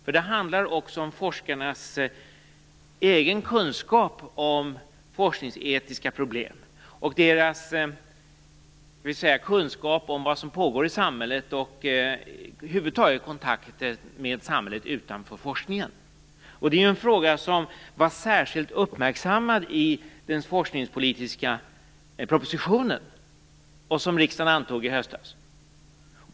Här handlar det också om forskarnas egen kunskap om forskningsetiska problem, om vad som pågår i samhället och deras kontakter över huvud taget med samhället utanför forskningen. Det är ju en fråga som var särskilt uppmärksammad i den forskningspolitiska proposition som riksdagen antog i höstas.